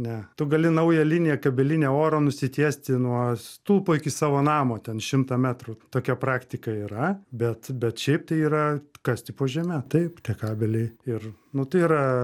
ne tu gali naują liniją kabelinę oro nusitiesti nuo stulpo iki savo namo ten šimtą metrų tokia praktika yra bet bet šiaip tai yra kasti po žeme taip tie kabeliai ir nu tai yra